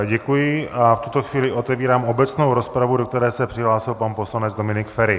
Děkuji a v tuto chvíli otevírám obecnou rozpravu, do které se přihlásil pan poslanec Dominik Feri.